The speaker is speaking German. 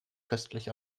köstlich